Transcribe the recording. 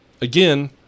again